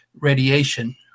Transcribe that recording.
radiation